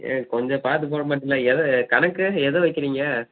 ஏங்க கொஞ்சம் பார்த்து போடமாட்டீங்களா எதை கணக்கு எதை வைக்கிறீங்க